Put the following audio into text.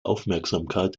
aufmerksamkeit